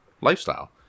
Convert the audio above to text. lifestyle